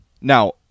now